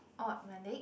oh in my leg